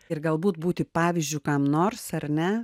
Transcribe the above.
ir galbūt būti pavyzdžiu kam nors ar ne